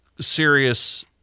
serious